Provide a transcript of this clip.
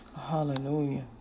Hallelujah